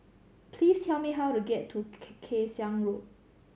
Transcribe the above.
please tell me how to get to Kay Siang Road